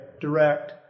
direct